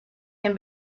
can